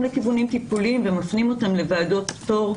לכיוונים טיפוליים ומפנים אותם לוועדות פטור,